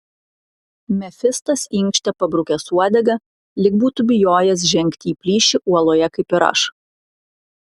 mefistas inkštė pabrukęs uodegą lyg būtų bijojęs žengti į plyšį uoloje kaip ir aš